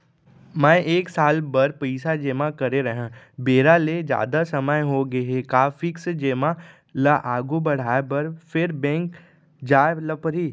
मैं एक साल बर पइसा जेमा करे रहेंव, बेरा ले जादा समय होगे हे का फिक्स जेमा ल आगू बढ़ाये बर फेर बैंक जाय ल परहि?